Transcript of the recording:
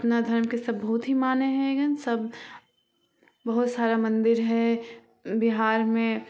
अपना धर्मकेँ सभ बहुत ही मानै हइ गन सभ बहुत सारा मन्दिर हइ बिहारमे